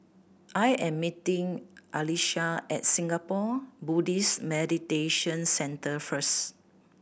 I am meeting Alysha at Singapore Buddhist Meditation Centre first